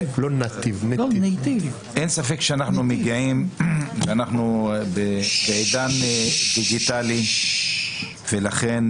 אין ספק שאנחנו נמצאים בעידן דיגיטלי ולכן